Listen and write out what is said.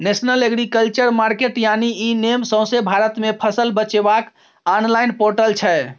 national agriculture market यानी इ नेम सौंसे भारत मे फसल बेचबाक आनलॉइन पोर्टल छै